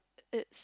it's